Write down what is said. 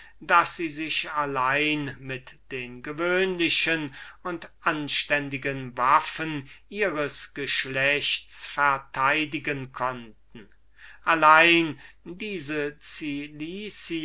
daß sie sich allein mit den gewöhnlichen und anständigsten waffen ihres geschlechts verteidigen konnten allein diese